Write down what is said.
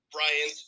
Brian